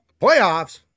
Playoffs